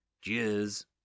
Cheers